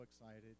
excited